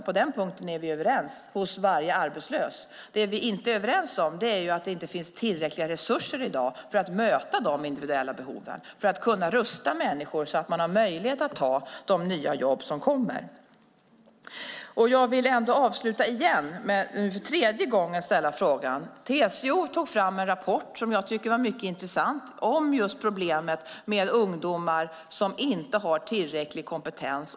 På den punkten är vi överens. Det vi inte är överens om är att det inte finns tillräckliga resurser i dag för att kunna möta de individuella behoven och kunna rusta människor så att de har möjlighet att ta de nya jobb som kommer. Jag vill avsluta med att för tredje gången ställa en fråga. TCO tog fram en rapport som var mycket intressant om problemet med ungdomar som inte har tillräcklig kompetens.